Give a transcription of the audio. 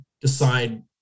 decide